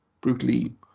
brutally